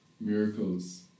miracles